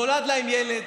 נולד להם ילד,